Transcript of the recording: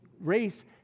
race